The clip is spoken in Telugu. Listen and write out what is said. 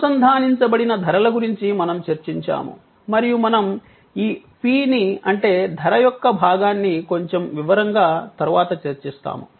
అనుసంధానించబడిన ధరల గురించి మనం చర్చించాము మరియు మనం ఈ 'P' ని అంటే ధర యొక్క భాగాన్ని కొంచెం వివరంగా తరువాత చర్చిస్తాము